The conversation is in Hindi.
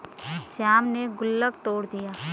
श्याम ने गुल्लक तोड़ दिया